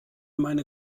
meine